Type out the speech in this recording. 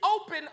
open